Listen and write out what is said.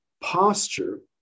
posture